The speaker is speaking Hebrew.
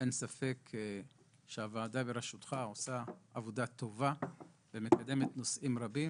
אין ספק שהוועדה ברשותך עושה עבודה טובה ומקדמת נושאים רבים,